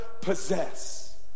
possess